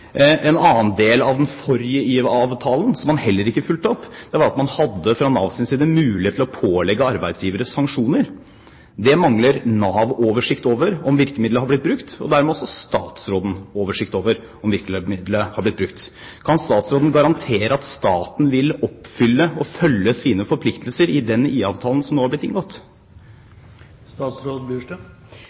var at man fra Nav sin side hadde mulighet til å pålegge arbeidsgivere sanksjoner. Nav mangler oversikt over om dette virkemiddelet har blitt brukt, og dermed mangler også statsråden oversikt over om dette virkemiddelet har blitt brukt. Kan statsråden garantere at staten vil oppfylle og følge sine forpliktelser i den IA-avtalen som nå har blitt inngått?